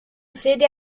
sede